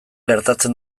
gertatzen